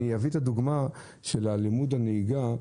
אביא את הדוגמה של אלימות בנהיגה.